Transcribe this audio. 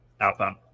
outbound